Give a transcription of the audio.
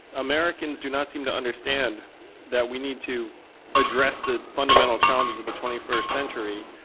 americans do not seem to understand that we need to address the fundamental challenges of the twenty first century.